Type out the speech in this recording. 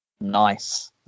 Nice